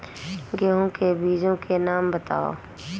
गेहूँ के बीजों के नाम बताओ?